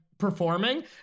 Performing